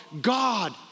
God